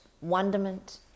wonderment